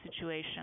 situation